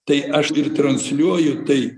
tai aš ir transliuoju taip